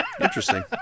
Interesting